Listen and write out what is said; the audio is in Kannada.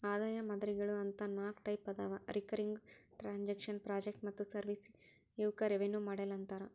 ಆದಾಯ ಮಾದರಿಗಳು ಅಂತ ನಾಕ್ ಟೈಪ್ ಅದಾವ ರಿಕರಿಂಗ್ ಟ್ರಾಂಜೆಕ್ಷನ್ ಪ್ರಾಜೆಕ್ಟ್ ಮತ್ತ ಸರ್ವಿಸ್ ಇವಕ್ಕ ರೆವೆನ್ಯೂ ಮಾಡೆಲ್ ಅಂತಾರ